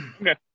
Okay